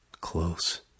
Close